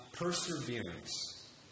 perseverance